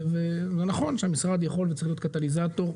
נכון שהמשרד יכול וצריך להיות קטליזטור,